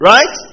Right